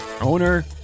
Owner